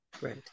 Right